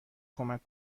کمک